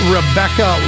Rebecca